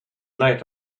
night